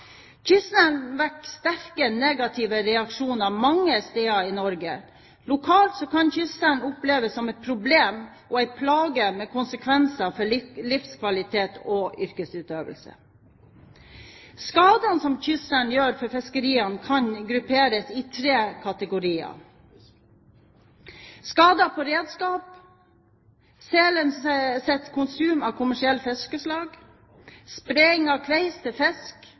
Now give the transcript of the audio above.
kysten. Kystselen vekker sterke negative reaksjoner mange steder i Norge. Lokalt kan kystselen oppleves som et problem og en plage med konsekvenser for livskvalitet og yrkesutøvelse. Skadene som kystselen gjør for fiskeriene, kan grupperes i tre kategorier: skader på redskaper selens konsum av kommersielle fiskeslag spredning av kveis til fisk